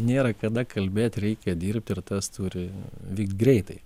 nėra kada kalbėt reikia dirbt ir tas turi vykt greitai